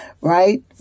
right